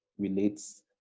relates